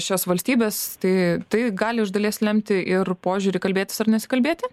šias valstybes tai tai gali iš dalies lemti ir požiūrį kalbėtis ar nesikalbėti